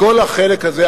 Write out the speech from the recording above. כל החלק הזה,